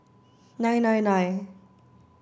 nine nine nine